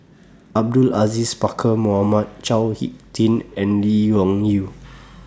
Abdul Aziz Pakkeer Mohamed Chao Hick Tin and Lee Wung Yew